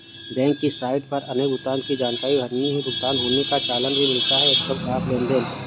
bank की site पर अपने भुगतान की जानकारी भरनी है, भुगतान होने का चालान भी मिलता है एकदम साफ़ लेनदेन